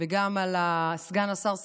וגם על סגן השר סגלוביץ',